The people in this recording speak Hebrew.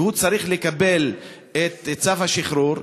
כשהוא צריך לקבל את צו השחרור,